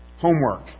homework